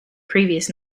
previous